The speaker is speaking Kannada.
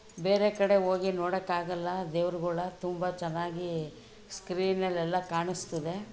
ಬೇರೆ ಕಡೆ ಹೋಗಿ ನೋಡೋಕ್ಕಾಗೋಲ್ಲ ದೇವ್ರುಗಳ ತುಂಬ ಚೆನ್ನಾಗಿ ಸ್ಕ್ರೀನಲ್ಲೆಲ್ಲ ಕಾಣಿಸ್ತದೆ